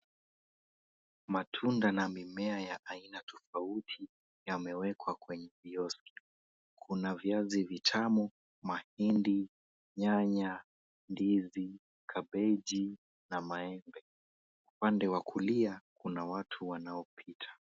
Matunda na mimea ya aina tofauti yamewekwa kwenye kioski. Kuna viazi vitamu, mahindi, nyanya, ndizi, kabeji na maembe. Upande wa kulia kuna watu wanaopita.